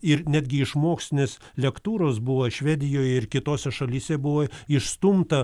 ir netgi iš mokslinės lektūros buvo švedijoj ir kitose šalyse buvo išstumta